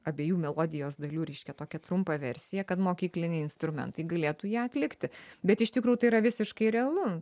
abiejų melodijos dalių reiškia tokią trumpą versiją kad mokykliniai instrumentai galėtų ją atlikti bet iš tikro tai yra visiškai realu